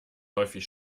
häufig